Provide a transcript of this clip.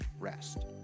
rest